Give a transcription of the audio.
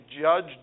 judge